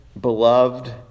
beloved